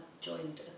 joined